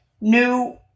new